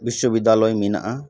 ᱵᱤᱥᱥᱚ ᱵᱤᱫᱽᱫᱟᱞᱚᱭ ᱢᱮᱱᱟᱜᱼᱟ